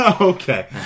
Okay